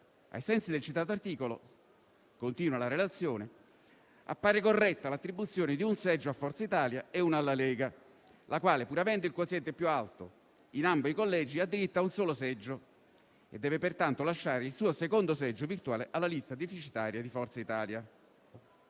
Ai sensi del citato articolo - continua la relazione - appare corretta l'attribuzione di un seggio a Forza Italia e uno alla Lega, la quale, pur avendo il quoziente più alto in ambito di collegi, ha diritto a un solo seggio e deve pertanto lasciare il suo secondo seggio virtuale alla lista deficitaria di Forza Italia.